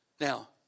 Now